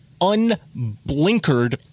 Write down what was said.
unblinkered